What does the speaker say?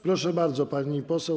Proszę bardzo, pani poseł.